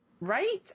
Right